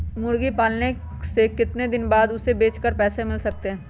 मुर्गी पालने से कितने दिन में हमें उसे बेचकर पैसे मिल सकते हैं?